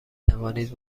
توانید